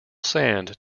sand